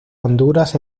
honduras